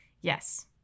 Yes